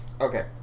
Okay